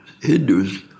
Hindus